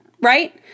right